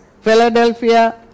Philadelphia